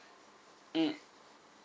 mm